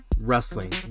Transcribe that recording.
wrestling